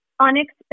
unexpected